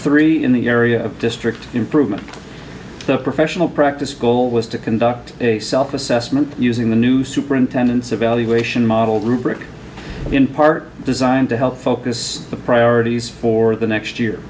three in the area of district improvement the professional practice goal was to conduct a self assessment using the new superintendent's evaluation model rubric in part designed to help focus the priorities for the next year